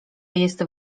jest